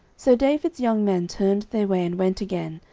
so david's young men turned their way, and went again,